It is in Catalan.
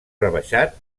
rebaixat